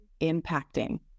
impacting